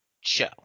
show